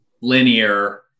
linear